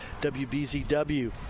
WBZW